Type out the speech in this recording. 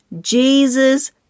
Jesus